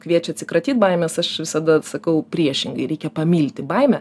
kviečia atsikratyt baimės aš visada sakau priešingai reikia pamilti baimę